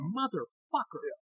motherfucker